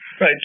Right